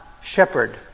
shepherd